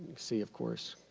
see, of course,